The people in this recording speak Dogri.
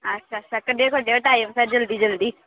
अच्छा अच्छा कड्डेओ कड्ढेओ टाइम फिर जल्दी जल्दी